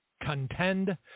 contend